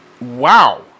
Wow